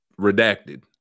redacted